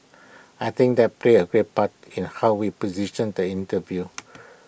I think that plays A big part in how we position the interview